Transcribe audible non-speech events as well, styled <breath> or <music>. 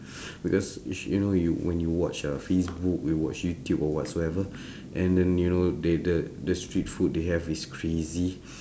<breath> because you <noise> know when you watch uh facebook you watch youtube or whatsoever <breath> and then you know they the the street food they have is crazy <breath>